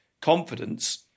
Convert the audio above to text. confidence